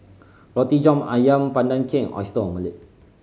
Roti John Ayam Pandan Cake and Oyster Omelette